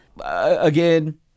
Again